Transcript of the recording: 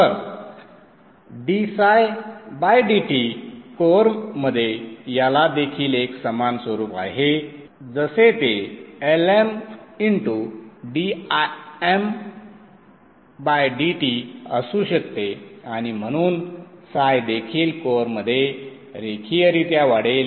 तर ddt कोअरमध्ये याला देखील एक समान स्वरूप आहे जसे ते Lmdimdt असू शकते आणि म्हणून देखील कोअरमध्ये रेषीयरित्या वाढेल